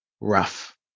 rough